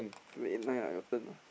seven eight nine ah your turn ah